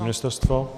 Ministerstvo?